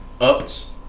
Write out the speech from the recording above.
Ups